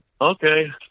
Okay